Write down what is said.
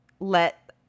let